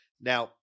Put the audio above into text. now